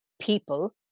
people